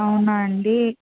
అవునా అండి